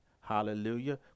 Hallelujah